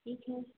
ठीक है